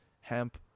hemp